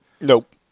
Nope